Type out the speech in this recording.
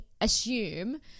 assume